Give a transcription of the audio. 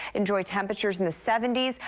enjoy temperatures in the seventy s.